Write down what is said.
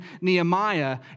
Nehemiah